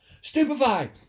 Stupefy